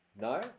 No